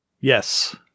Yes